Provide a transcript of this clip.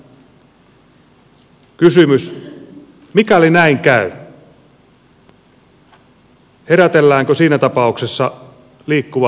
mikäli näin käy herätelläänkö siinä tapauksessa liikkuva poliisi henkiin